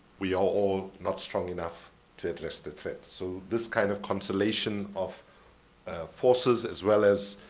we are all not strong enough to address the threat. so this kind of consolidation of forces as well as,